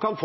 kan